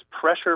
pressure